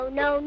no